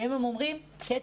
היום הם אומרים: קטי,